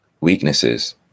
weaknesses